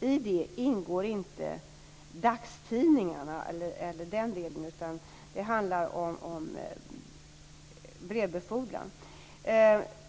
I det ingår inte dagstidningarna. Det handlar om brevbefordran.